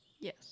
Yes